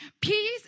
Peace